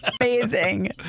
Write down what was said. Amazing